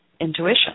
intuition